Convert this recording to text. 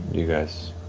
you guys?